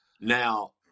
Now